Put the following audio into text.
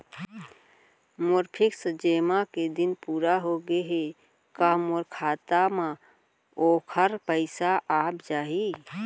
मोर fix जेमा के दिन पूरा होगे हे का मोर खाता म वोखर पइसा आप जाही?